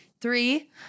Three